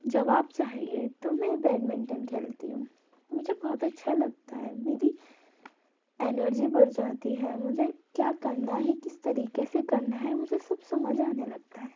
जवाब चाहिए तो मैं बैडमिंटन खेलती हूँ मुझे बहुत अच्छा लगता है मेरी एनर्जी बढ़ जाती है मुझे क्या करना है किस तरीके से करना है मुझे सब समझ आने लगता है